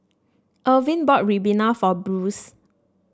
Irvin bought ribena for Bruce